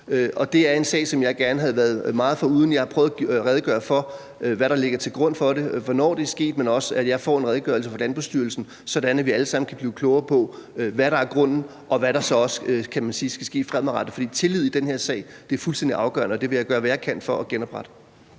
Det er en sag, som jeg gerne havde været meget foruden. Jeg har prøvet at redegøre for, hvad der ligger til grund for det, og hvornår det er sket, men også, at jeg får en redegørelse fra Landbrugsstyrelsen, sådan at vi alle sammen kan blive klogere på, hvad grunden er, og hvad der så også skal ske fremadrettet. For tillid i den her sag er fuldstændig afgørende, og den vil jeg gøre hvad jeg kan for at genoprette.